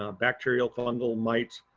um bacterial, fungal mites,